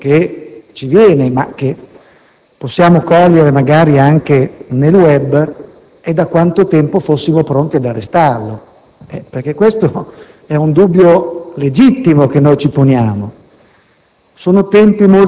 Un dubbio che ci viene, ma che possiamo cogliere magari anche nel *web,* é però da quanto tempo fossimo pronti ad arrestarlo. È un dubbio legittimo che ci poniamo.